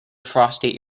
frosty